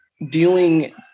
viewing